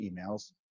emails